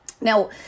Now